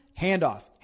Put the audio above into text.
handoff